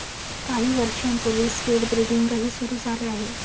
काही वर्षांपूर्वी स्पीड ब्रीडिंगही सुरू झाले आहे